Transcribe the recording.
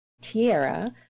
Tierra